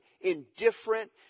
indifferent